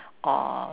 or